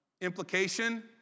Implication